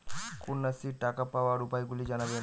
কন্যাশ্রীর টাকা পাওয়ার উপায়গুলি জানাবেন?